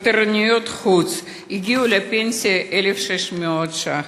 בתורנויות חוץ, הגיעו לפנסיה של 1,600 ש"ח.